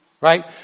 Right